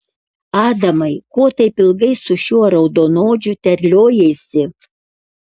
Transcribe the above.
adamai ko taip ilgai su šiuo raudonodžiu terliojaisi